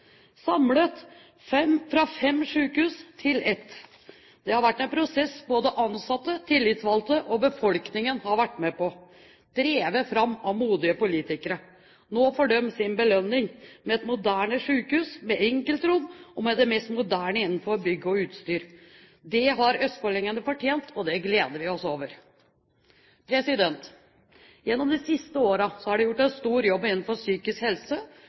fra fem sykehus til ett. Det har vært en prosess både ansatte, tillitsvalgte og befolkningen har vært med på, drevet fram av modige politikere. Nå får de sin belønning, med et moderne sykehus med enkeltrom og med det mest moderne innenfor bygg og utstyr. Det har østfoldingene fortjent, og det gleder vi oss over. Gjennom de siste årene er det gjort en stor jobb innenfor psykisk helse,